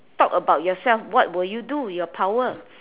talk about yourself what will you do your power